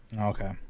Okay